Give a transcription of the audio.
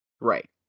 right